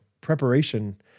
preparation